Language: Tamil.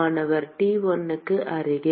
மாணவர் T1 க்கு அருகில்